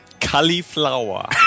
Cauliflower